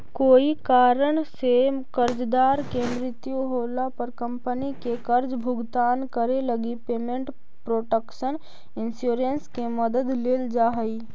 कोई कारण से कर्जदार के मृत्यु होला पर कंपनी के कर्ज भुगतान करे लगी पेमेंट प्रोटक्शन इंश्योरेंस के मदद लेल जा हइ